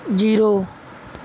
zero